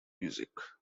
music